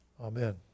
amen